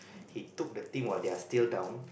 he took the team while they are still down